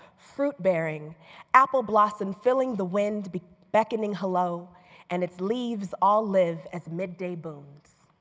fruit bearing, apple blossom filling the wind beckoning hello and its leaves all live as midday boons